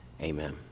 Amen